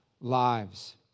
lives